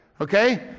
Okay